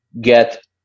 get